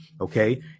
Okay